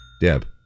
Deb